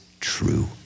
true